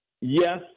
yes